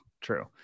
true